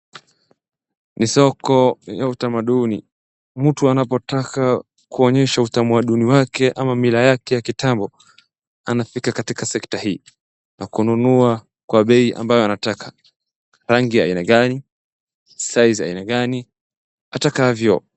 Ni soko ya utamaduni. Mtu anapotaka kuonyesha utamaduni wake ama mila yake ya kitambo anafika katika sekta hii na kununua kwa bei ambayo anataka, rangi ya aina gani, size ya aina gani atakavyo.